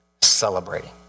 celebrating